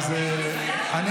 איך אנחנו